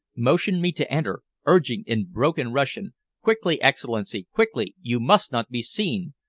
motioned me to enter, urging in broken russian quickly, excellency quickly you must not be seen!